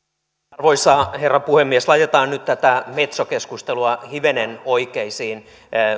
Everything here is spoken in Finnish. arvoisa herra puhemies laitetaan nyt tätä metso keskustelua hivenen oikeisiin